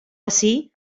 ací